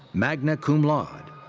magna cum laude.